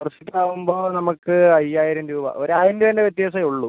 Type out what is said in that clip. four സീറ്റാറാവുമ്പോൾ നമുക്ക് അയ്യായിരം രൂപ ഒരായിരം രൂപേൻ്റെ വ്യത്യാസമെ ഉള്ളൂ